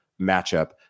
matchup